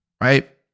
right